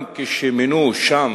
גם כשמינו שם